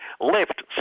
left